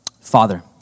Father